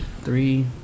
Three